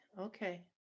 okay